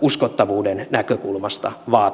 uskottavuuden näkökulmasta vaatinut